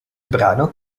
brano